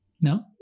No